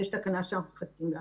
ויש תקנה שאנחנו מחכים לה.